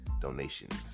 donations